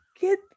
get